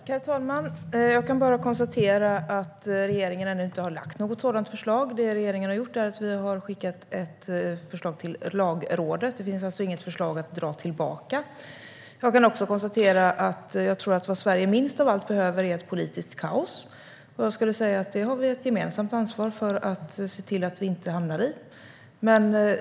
Herr talman! Jag kan bara konstatera att regeringen ännu inte har lagt något sådant förslag. Det regeringen har gjort är att skicka ett förslag till Lagrådet. Det finns alltså inget förslag att dra tillbaka. Jag kan också konstatera att vad Sverige minst av allt behöver är ett politiskt kaos, och jag skulle säga att vi har ett gemensamt ansvar för att se till att vi inte hamnar i ett sådant.